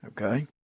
Okay